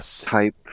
type